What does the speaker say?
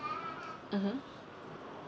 mmhmm